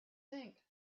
think